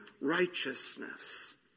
righteousness